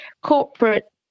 corporate